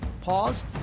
Pause